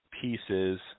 pieces